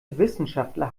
wissenschaftler